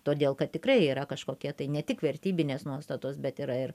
todėl kad tikrai yra kažkokie tai ne tik vertybinės nuostatos bet yra ir